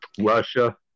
Russia